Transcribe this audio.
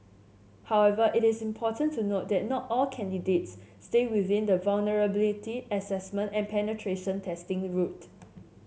however it is important to note that not all candidates stay within the vulnerability assessment and penetration testing route